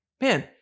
man